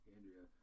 Andrea